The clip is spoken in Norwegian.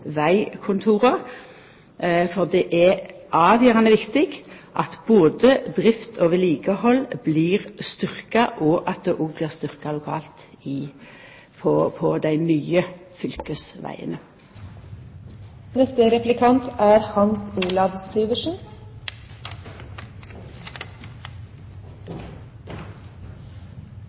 vegkontora, for det er avgjerande viktig at både drift og vedlikehald blir styrkt, og at det òg blir styrkt lokalt på dei nye fylkesvegane. På ett punkt, av flere for øvrig, er